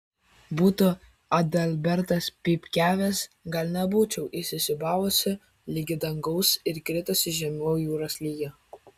būtų adalbertas pypkiavęs gal nebūčiau įsisiūbavusi ligi dangaus ir kritusi žemiau jūros lygio